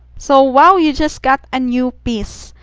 so wow! you just got a new piece.